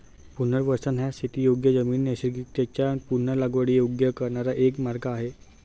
पुनर्वसन हा शेतीयोग्य जमीन नैसर्गिकरीत्या पुन्हा लागवडीयोग्य करण्याचा एक मार्ग आहे